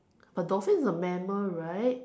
but dolphin is a mammal right